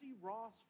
Ross